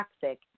toxic